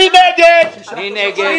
מי בעד אישור הפניות?